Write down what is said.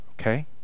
Okay